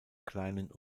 kleinen